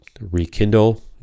rekindle